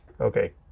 okay